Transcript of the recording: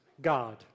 God